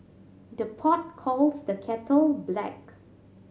the pot calls the kettle black